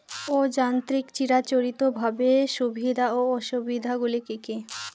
অযান্ত্রিক চিরাচরিতভাবে সুবিধা ও অসুবিধা গুলি কি কি?